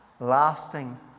lasting